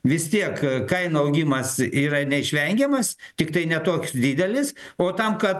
vis tiek kainų augimas yra neišvengiamas tiktai ne toks didelis o tam kad